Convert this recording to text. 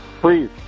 please